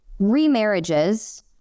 remarriages